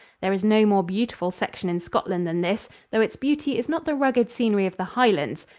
there is no more beautiful section in scotland than this, though its beauty is not the rugged scenery of the highlands.